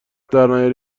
درنیاری